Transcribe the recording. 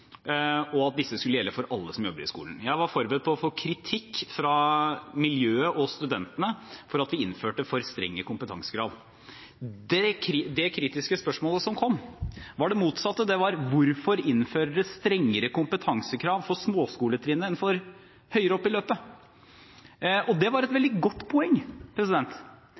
og at disse skulle gjelde for alle som jobber i skolen. Jeg var forberedt på å få kritikk fra miljøet og studentene for at vi innførte for strenge kompetansekrav. Det kritiske spørsmålet som kom, var det motsatte: Hvorfor innfører dere strengere kompetansekrav for småskoletrinnet enn for høyere opp i løpet? Det var et veldig godt poeng.